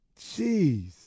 Jeez